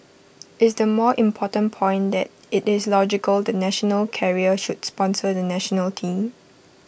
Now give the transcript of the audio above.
is the more important point that IT is logical the national carrier should sponsor the National Team